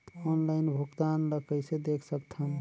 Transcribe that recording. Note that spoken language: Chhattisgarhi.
ऑनलाइन भुगतान ल कइसे देख सकथन?